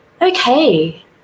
okay